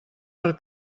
per